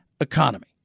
economy